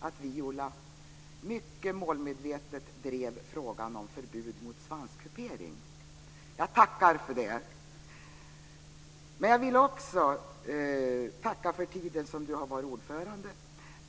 att Viola mycket målmedvetet drev frågan om förbud mot svanskupering. Jag tackar för det! Jag vill också tacka för den tid som du har varit ordförande.